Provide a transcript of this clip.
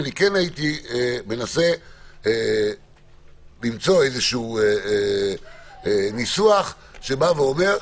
אני כן הייתי מנסה למצוא איזשהו ניסוח שאומר,